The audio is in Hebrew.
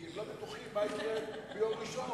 כי זאת התוכנית מה יקרה ביום ראשון.